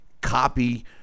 copy